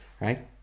right